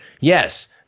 Yes